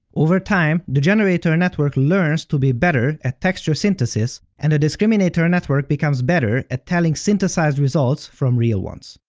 over time, the generator network learns to be better at texture synthesis, and the discriminator and network becomes better at telling synthesized results from real ones.